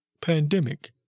pandemic